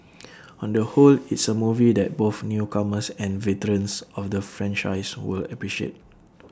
on the whole it's A movie that both newcomers and veterans of the franchise will appreciate